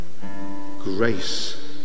Grace